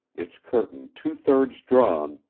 its curtain two-thirds drawn,